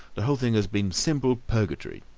the whole thing has been simple purgatory.